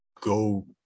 go